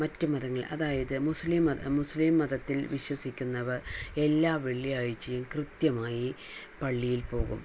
മറ്റു മതങ്ങൾ അതായത് മുസ്ലിം മതം മുസ്ലിം മതത്തിൽ വിശ്വസിക്കുന്നവർ എല്ലാ വെള്ളിയാഴ്ചയും കൃത്യമായി പള്ളിയിൽ പോകും